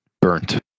burnt